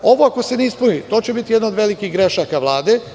Ovo ako se ne ispuni to će biti jedna od velikih grešaka Vlade.